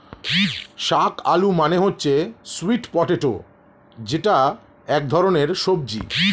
শাক আলু মানে হচ্ছে স্যুইট পটেটো যেটা এক ধরনের সবজি